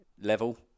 level